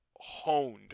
honed